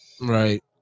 right